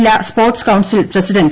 ജില്ലാ sports council president O